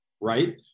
Right